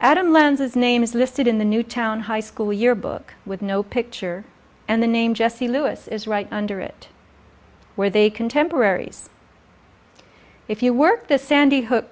adam lanza's name is listed in the newtown high school yearbook with no picture and the name jesse lewis is right under it where they contemporaries if you work the sandy hook